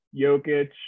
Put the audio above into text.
Jokic